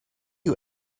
you